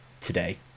today